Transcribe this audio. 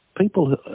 people